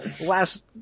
Last